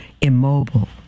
immobile